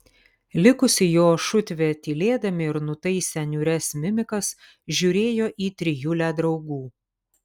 likusi jo šutvė tylėdami ir nutaisę niūrias mimikas žiūrėjo į trijulę draugų